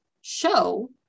show